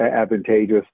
advantageous